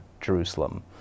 Jerusalem